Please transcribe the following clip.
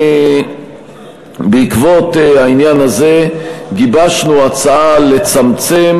בעקבות העניין הזה גיבשנו הצעה לצמצם